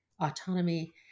autonomy